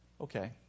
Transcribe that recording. okay